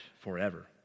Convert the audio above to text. forever